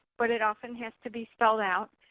but it often has to be spelled out.